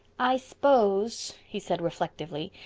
i s'pose, he said reflectively,